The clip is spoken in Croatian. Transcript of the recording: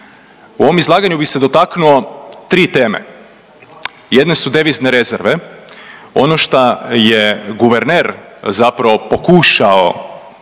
U ovom izlaganju bi se dotaknuo tri teme. Jedne su devizne rezerve ono šta je guverner zapravo pokušao